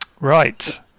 Right